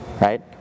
right